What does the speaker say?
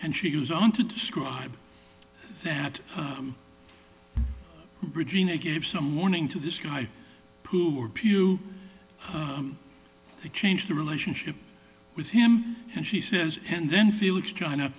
and she was on to describe that regina gave some warning to this guy who were pew to change the relationship with him and she says and then felix china